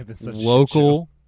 local